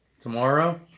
Tomorrow